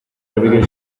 repetir